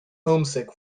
homesick